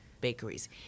bakeries